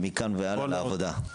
מכאן והלאה לעבודה.